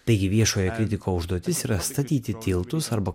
taigi viešojo kritiko užduotis yra statyti tiltus arba